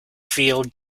feel